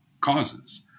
causes